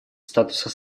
статуса